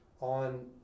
on